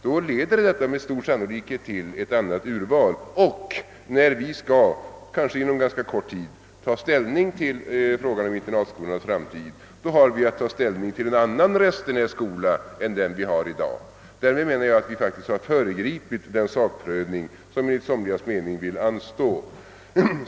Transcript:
Detta leder med stor sannolikhet till ett annat urval och när vi, kanske inom ganska kort tid, skall ta ställning till frågan om internatskolornas framtid har vi att diskutera en annan Restenässkola än dagens. Därmed menar jag att vi faktiskt föregripit den sakprövning som enligt somligas mening bör anstå.